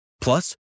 Plus